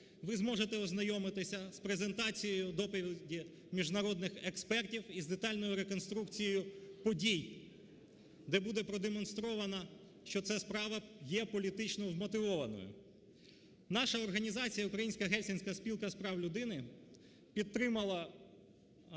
ви зможете ознайомитися з презентацією доповіді міжнародних експертів із детальною реконструкцією подій, де буде продемонстрована, що ця справа є політично вмотивованою. Наша організація Українська Гельсінська спілка з прав людини підтримала